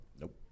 nope